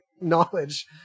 knowledge